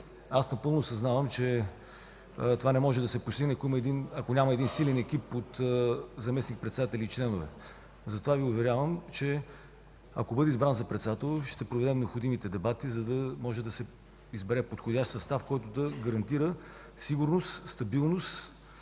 Аз напълно съзнавам, че това не може да се постигне, ако няма един силен екип от заместник-председател и членове. Уверявам Ви, че ако бъда избран за председател, ще проведа необходимите дебати, за да може да се избере подходящ състав, който да гарантира сигурност, стабилност